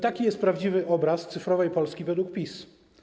Taki jest prawdziwy obraz cyfrowej Polski według PiS.